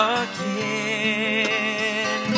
again